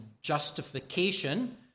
justification